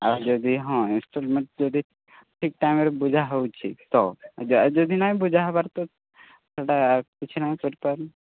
ହାଁ ଯଦି ହଁ ଇନଷ୍ଟଲ୍ମେଣ୍ଟ ଯଦି ଠିକ୍ ଟାଇମ୍ରେ ବୁଝାହେଉଛି ତ ଯଦି ନାଇଁ ବୁଝା ହେବାର ତ ସେଟା କିଛି ନାଇଁ କରିପାରୁ